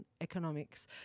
economics